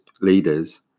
leaders